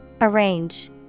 Arrange